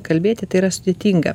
kalbėti tai yra sudėtinga